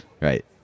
Right